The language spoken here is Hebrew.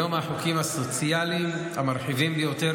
מהחוקים הסוציאליים המרחיבים ביותר,